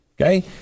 Okay